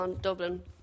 Dublin